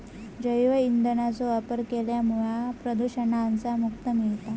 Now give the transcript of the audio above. जैव ईंधनाचो वापर केल्यामुळा प्रदुषणातना मुक्ती मिळता